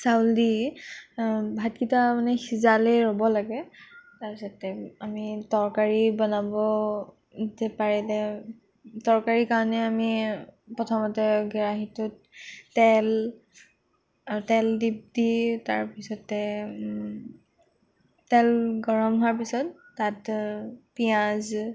চাউল দি ভাতকেইটা মানে সিজালে ৰ'ব লাগে তাৰ পিছতে আমি তৰকাৰী বনাব ইতে পাৰিলে তৰকাৰীৰ কাৰণে আমি প্ৰথমতে কেৰাহীটোত তেল আৰু তেল দিপ দি তাৰ পিছতে তেল গৰম হোৱাৰ পিছত তাত পিয়াঁজ